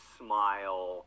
smile